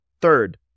third